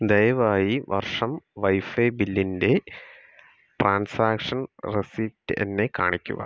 ദയവായി വർഷം വൈഫൈ ബില്ലിൻ്റെ ട്രാൻസാക്ഷൻ റെസിപ്റ്റ് എന്നെ കാണിക്കുക